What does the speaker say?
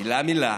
מילה-מילה,